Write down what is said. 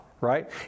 right